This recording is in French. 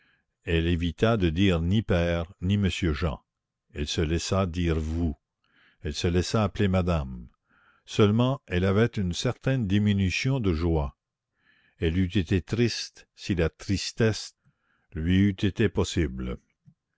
elle évita de dire ni père ni monsieur jean elle se laissa dire vous elle se laissa appeler madame seulement elle avait une certaine diminution de joie elle eût été triste si la tristesse lui eût été possible